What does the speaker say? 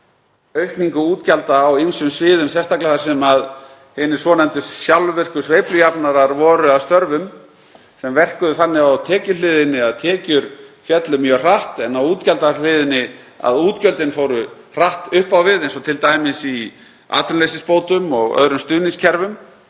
stóraukningu útgjalda á ýmsum sviðum, sérstaklega þar sem hinir svonefndu sjálfvirku sveiflujafnarar voru að störfum sem virkuðu þannig á tekjuhliðinni að tekjur féllu mjög hratt en á útgjaldahliðinni þannig að útgjöldin fóru hratt upp á við, eins og t.d. í atvinnuleysisbótum og öðrum stuðningskerfum.